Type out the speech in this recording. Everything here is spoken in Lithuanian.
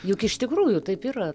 juk iš tikrųjų taip yra